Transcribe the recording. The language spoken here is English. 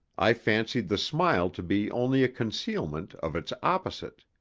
i fancied the smile to be only a concealment of its opposite.